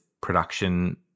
production